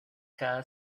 cada